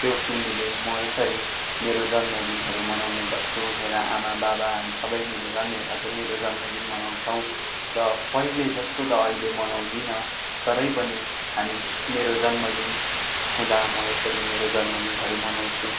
त्यो किनिदिँदै म यसरी मेरो जन्मदिनहरू मनाउने गर्छु मेरा आमाबाबा हामी सबै मिलेर मेरा मेरो जन्मदिन मनाउँछौँ र पहिले जस्तो त अहिले मनाउदिनँ तरै पनि हामी मेरो जन्मदिन हुँदा म यसरी मेरो जन्मदिहरू मनाउँछु